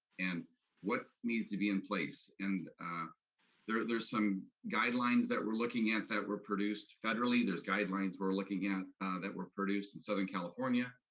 and what needs to be in place? and there are some guidelines that we're looking at that were produced federally. there's guidelines we're looking at that were produced in southern california.